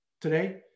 today